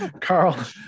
Carl